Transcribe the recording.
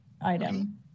item